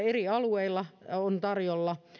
eri alueilla on tarjolla